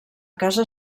casa